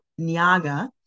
Niaga